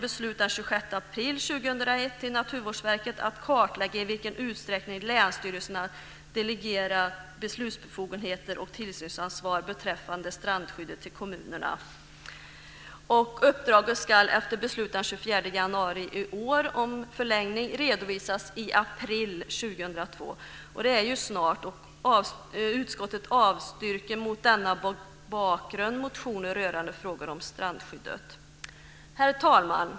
2001 till Naturvårdsverket att kartlägga i vilken utsträckning länsstyrelserna delegerat beslutsbefogenheter och tillsynsansvar beträffande strandskyddet till kommunerna. Uppdraget ska, efter beslut om förlängning den 24 januari i år, redovisas i april 2002, och det är ju snart. Utskottet avstyrker mot denna bakgrund motioner rörande frågor om strandskyddet. Herr talman!